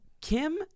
Kim